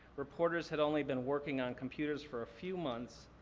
reporters had only been working on computers for a few months.